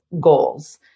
goals